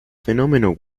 fenómeno